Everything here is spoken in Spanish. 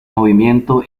movimiento